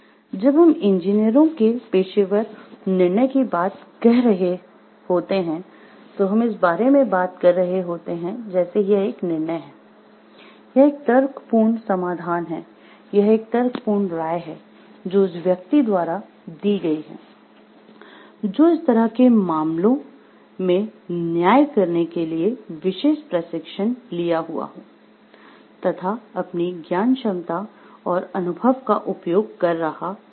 जब हम इंजीनियरों के पेशेवर निर्णय की बात कर रहे होते हैं तो हम इस बारे में बात कर रहे होते हैं जैसे यह एक निर्णय है यह एक तर्कपूर्ण समाधान है यह एक तर्कपूर्ण राय है जो उस व्यक्ति द्वारा दी गई है जो इस तरह के मामलों में न्याय करने के लिए विशेष प्रशिक्षण लिया हुआ हो तथा अपनी ज्ञान क्षमता और अनुभव का उपयोग कर रहा है